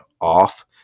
off